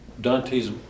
Dante's